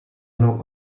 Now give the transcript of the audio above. mnou